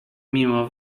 mimo